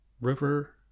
River